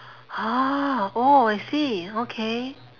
ha orh I see okay